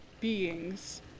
beings